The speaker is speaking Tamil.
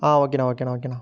ஆ ஓகேண்ணா ஓகேண்ணா ஓகேண்ணா